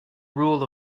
rule